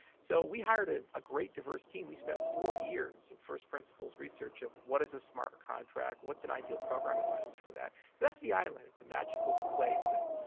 so we hired ah a great diverse team. we spent four years of first principles research of what is a smart contract, what's an ideal programming language for that. so that's the island. it's a magical place and,